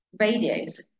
radios